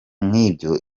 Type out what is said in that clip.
nk’ibyo